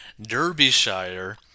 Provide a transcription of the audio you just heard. Derbyshire